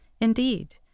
Indeed